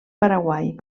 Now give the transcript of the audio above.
paraguai